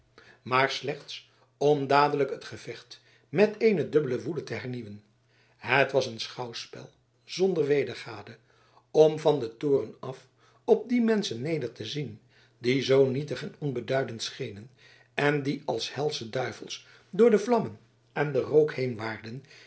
maar slechts om dadelijk het gevecht met eene dubbele woede te hernieuwen het was een schouwspel zonder wedergade om van den toren af op die menschen neder te zien die zoo nietig en onbeduidend schenen en die als helsche duivels door de vlammen en den rook